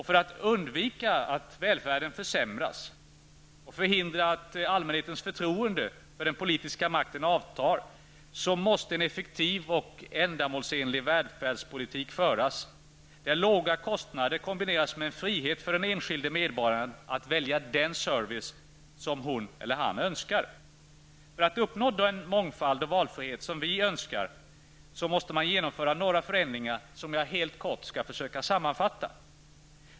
För att undvika försämrad välfärd och förhindra att allmänhetens förtroende för den politiska makten avtar, måste en effektiv och ändamålsenlig välfärdspolitik föras, där låga kostnader kombineras med frihet för den enskilde medborgaren att välja den service som hon/han önskar. För att uppnå den mångfald och valfrihet som vi önskar måste man genomföra några förändringar som jag helt kortfattat skall försöka sammanfatta.